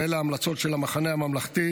ואלה ההמלצות של המחנה הממלכתי,